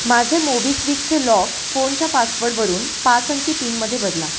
माझे मोबिक्विकचे लॉक फोनच्या पासवर्डवरून पाच अंकी पिनमध्ये बदला